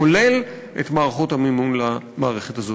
כולל את מערכות המימון למערכת הזאת.